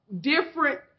different